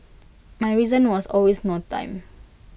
my reason was always no time